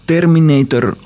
Terminator